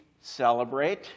celebrate